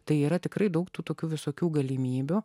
tai yra tikrai daug tų tokių visokių galimybių